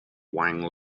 wang